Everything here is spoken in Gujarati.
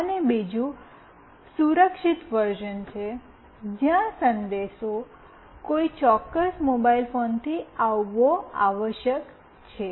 અને બીજું સુરક્ષિત વર્ઝન જ્યાં સંદેશ કોઈ ચોક્કસ મોબાઇલ ફોનથી આવવો આવશ્યક છે